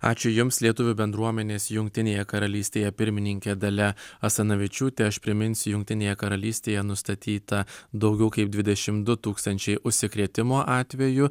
ačiū jums lietuvių bendruomenės jungtinėje karalystėje pirmininkė dalia asanavičiūtė aš priminsiu jungtinėje karalystėje nustatyta daugiau kaip dvidešimt du tūkstančiai užsikrėtimo atvejų